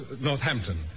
Northampton